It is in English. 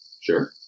sure